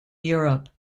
europe